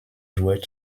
joueurs